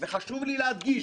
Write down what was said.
וחשוב לי להדגיש,